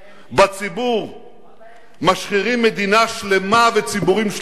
בציבור משחירים מדינה שלמה וציבורים שלמים.